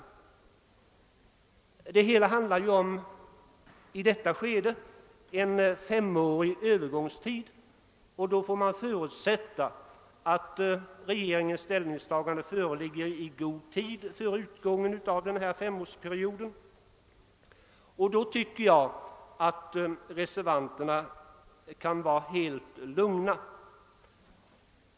I detta skede handlar det ju om en övergångsperiod på fem år, varvid man får förutsätta att regeringens ställningstagande föreligger i god tid före utgången av denna period. Därför tycker jag att reservanterna kan känna sig alldeles lugna.